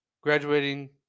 graduating